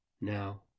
Now